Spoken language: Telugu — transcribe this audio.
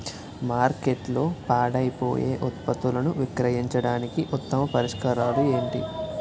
మార్కెట్లో పాడైపోయే ఉత్పత్తులను విక్రయించడానికి ఉత్తమ పరిష్కారాలు ఏంటి?